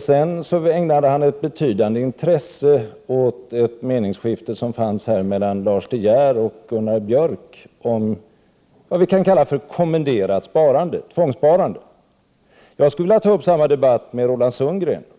Sedan ägnade han ett betydande intresse åt ett meningsskifte mellan Lars De Geer och Gunnar Björk om vad vi skulle kunna kalla kommenderat sparande, tvångssparande. Jag skulle vilja ta upp samma debatt med Roland Sundgren.